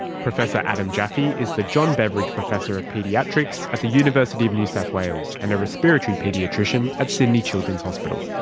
professor adam jaffe is the john beveridge professor of paediatrics at the university of new south wales, and a respiratory paediatrician at sydney children's hospital.